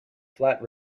flat